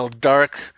dark